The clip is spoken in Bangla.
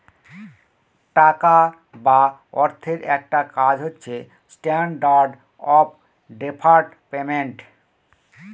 টাকা বা অর্থের একটা কাজ হচ্ছে স্ট্যান্ডার্ড অফ ডেফার্ড পেমেন্ট